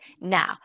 now